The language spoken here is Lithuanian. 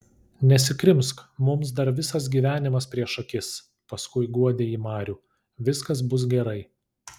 nesikrimsk mums dar visas gyvenimas prieš akis paskui guodė ji marių viskas bus gerai